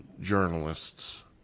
journalists